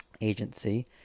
agency